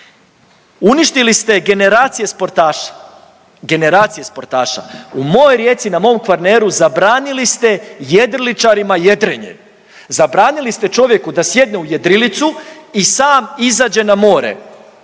sportaša, generacije sportaša. U mojoj Rijeci na mom Kvarneru zabranili ste jedriličarima jedrenje, zabranili ste čovjeku da sjedne u jedrilicu i sam izađe na more.